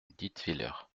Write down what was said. dietwiller